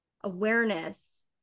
awareness